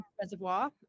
reservoir